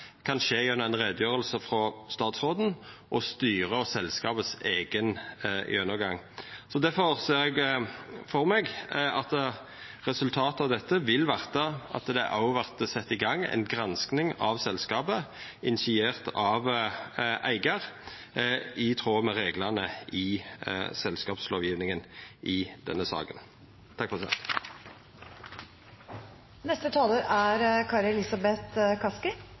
kan skje gjennom ei utgreiing frå statsråden og styret og selskapet sin eigen gjennomgang. Difor ser eg føre meg at resultatet av dette vil verta at det òg vert sett i gang ei gransking av selskapet – initiert av eigar, i tråd med reglane i selskapslovgjevinga – i denne saka.